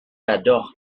adore